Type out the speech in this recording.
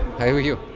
how are you?